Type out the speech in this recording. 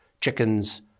chickens